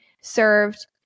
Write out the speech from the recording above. served